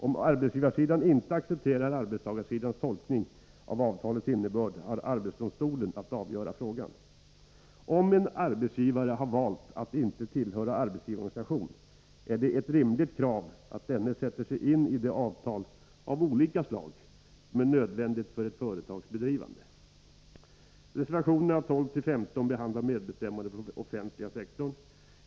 Om arbetsgivarsidan inte accepterar arbetstagarsidans tolkning av avtalets innebörd, har arbetsdomstolen att avgöra frågan. Om en arbetsgivare har valt att inte tillhöra en arbetsgivarorganisation, är det ett rimligt krav att denne sätter sig ini de olika avtal som är nödvändiga för ett företags bedrivande. Reservationerna 12-15 behandlar medbestämmande på den offentliga sektorn.